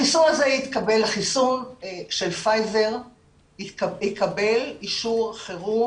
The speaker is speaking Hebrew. החיסון של פייזר יקבל אישור חירום